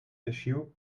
issue